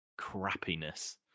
crappiness